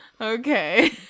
Okay